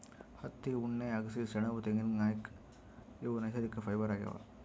ಹತ್ತಿ ಉಣ್ಣೆ ಅಗಸಿ ಸೆಣಬ್ ತೆಂಗಿನ್ಕಾಯ್ ಇವ್ ನೈಸರ್ಗಿಕ್ ಫೈಬರ್ ಆಗ್ಯಾವ್